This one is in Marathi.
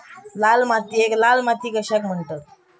लाल मातीयेक लाल माती कशाक म्हणतत?